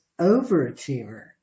overachiever